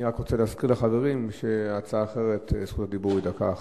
אני רק רוצה להזכיר לחברים שבהצעה אחרת זכות הדיבור היא דקה אחת.